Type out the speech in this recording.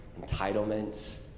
entitlements